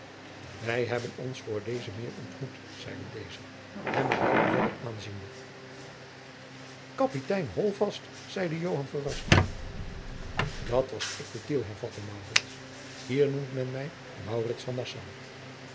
wij hebben ons voordezen meer ontmoet zeide deze hem met welgevallen aanziende kapitein holtvast zeide joan verrast jacob van lennep de pleegzoon dat was ik te tiel hervatte maurits hier noemt men mij